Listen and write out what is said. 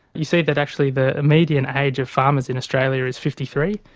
you see that actually the median age of farmers in australia is fifty three,